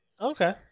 Okay